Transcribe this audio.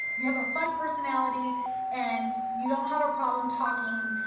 you have a fun personality and you don't have a problem talking,